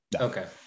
Okay